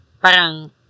parang